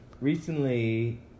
Recently